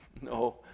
No